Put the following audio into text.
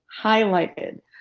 highlighted